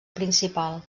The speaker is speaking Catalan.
principal